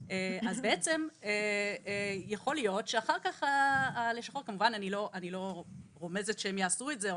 למעשה יכול להיות שאחר כך הלשכות כמובן שאני לא רומזת שהם יעשו את זה,